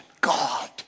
God